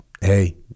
Hey